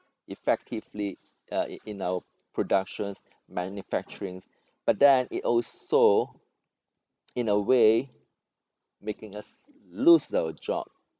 effectively uh in in our productions manufacturings but then it also in a way making us lose our job